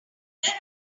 where